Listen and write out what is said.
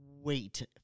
wait